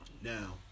Now